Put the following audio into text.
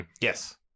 Yes